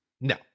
No